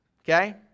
Okay